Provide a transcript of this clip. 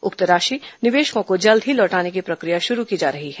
उक्त राशि निवेशकों को जल्द ही लौटाने की प्रक्रिया शुरू की जा रही है